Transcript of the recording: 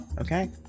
Okay